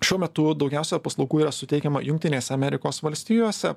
šiuo metu daugiausiai paslaugų yra suteikiama jungtinėse amerikos valstijose